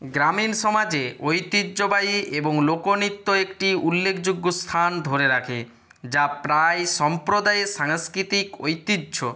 গ্রামীণ সমাজে ঐতিহ্যবাহী এবং লোকনৃত্য একটি উল্লেকযোগ্য স্থান ধরে রাখে যা প্রায় সম্প্রদায়ের সাংস্কৃতিক ঐতিহ্য